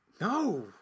No